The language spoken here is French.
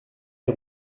des